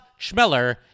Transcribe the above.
Schmeller